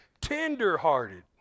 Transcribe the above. Tender-hearted